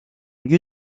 lieu